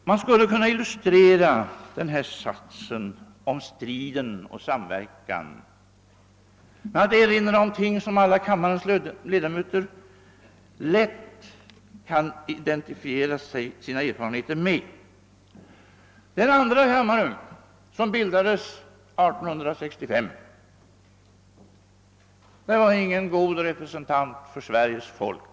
Man skulle kunna illustrera denna sats om strid och samverkan genom att erinra om något, som andra kammarens ledamöter lätt kan identifiera sina erfarenheter med. Den andra kammare, som bildades 1865, var ingen god representant för Sveriges folk.